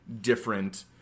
different